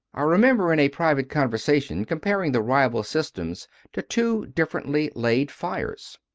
i remember in a private conversation comparing the rival systems to two differently laid fires.